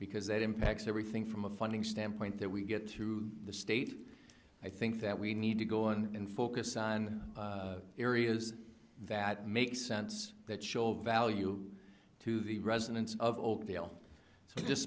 because that impacts everything from a funding standpoint that we get through the state i think that we need to go and focus on areas that make sense that show value to the residents of the l so just